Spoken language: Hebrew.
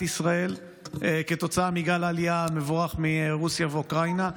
ישראל כתוצאה מגל עלייה מבורך מרוסיה ואוקראינה.